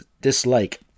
dislike